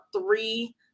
three